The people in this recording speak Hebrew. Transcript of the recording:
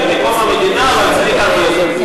זה הכי הרבה מקום המדינה, אבל צריך הרבה יותר.